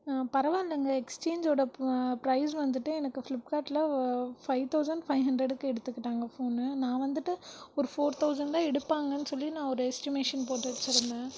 பரவாயில்லங்க எக்ஸ்சேஞ்சோட ப்ரைஸ் வந்துட்டு எனக்கு ஃப்ளிப்கார்ட்டில் ஃபைவ் தவுசண்ட் ஃபைவ் ஹண்ட்ரடுக்கு எடுத்துக்கிட்டாங்க ஃபோன் நான் வந்துட்டு ஒரு ஃபோர் தவுசண்ட் தான் எடுப்பாங்கனு சொல்லி நான் ஒரு எஸ்டிமேஷன் போட்டு வச்சுருந்தேன்